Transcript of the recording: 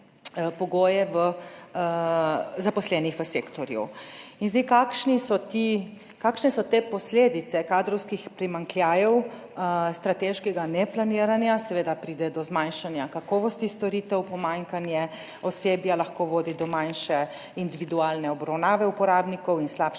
pogoje v zaposlenih v sektorju. Kakšne so posledice kadrovskih primanjkljajev strateškega ne planiranja? Seveda pride do zmanjšanja kakovosti storitev, pomanjkanje osebja lahko vodi do manjše individualne obravnave uporabnikov in slabše